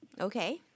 okay